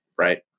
Right